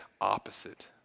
opposite